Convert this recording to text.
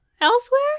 elsewhere